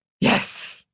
Yes